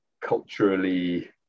culturally